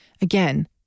Again